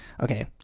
okay